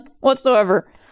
whatsoever